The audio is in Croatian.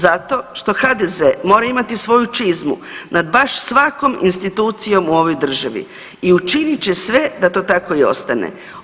Zato što HDZ mora imati svoju čizmu nad baš svakom institucijom i ovoj državi i učinit će sve da to tako i ostane.